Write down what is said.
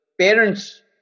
parents